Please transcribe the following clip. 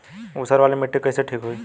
ऊसर वाली मिट्टी कईसे ठीक होई?